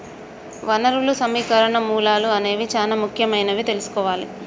వనరులు సమీకరణకు మూలాలు అనేవి చానా ముఖ్యమైనవని తెల్సుకోవాలి